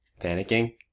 panicking